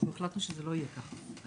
החלטנו שזה לא יהיה ככה.